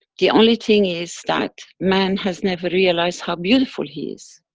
the only thing is that man has never realized how beautiful he is.